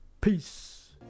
Peace